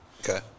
okay